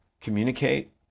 communicate